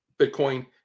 Bitcoin